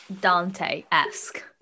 Dante-esque